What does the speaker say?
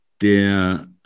der